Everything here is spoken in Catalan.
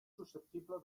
susceptible